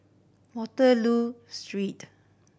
Waterloo Street